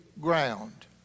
ground